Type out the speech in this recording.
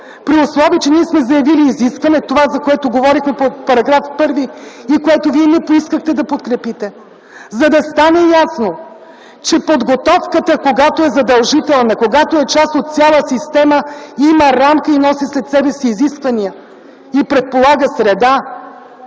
при условие че ние сме заявили изискване – това, за което говорихме по § 1 и което не поискахте да подкрепите, за да стане ясно, че когато подготовката е задължителна и е част от цяла система, има рамки и носи след себе си изисквания, предполага среда.